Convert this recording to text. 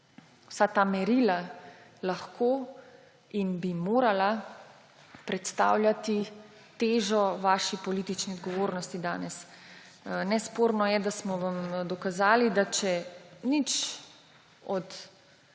Vsa ta merila lahko in bi morala predstavljati težo vaše politične odgovornosti danes. Nesporno je, da smo vam dokazali, da če nič od